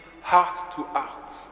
heart-to-heart